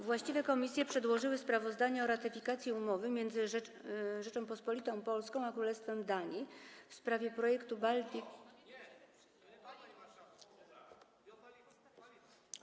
Właściwe komisje przedłożyły sprawozdanie o ratyfikacji Umowy między Rzecząpospolitą Polską a Królestwem Danii w sprawie projektu Baltic Pipe.